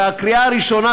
בקריאה ראשונה,